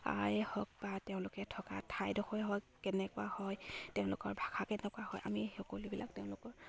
য়ে হওক বা তেওঁলোকে থকা ঠাইডোখৰে হওক কেনেকুৱা হয় তেওঁলোকৰ ভাষা কেনেকুৱা হয় আমি সকলোবিলাক তেওঁলোকৰ